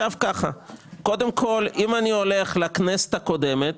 אם אני הולך לכנסת הקודמת,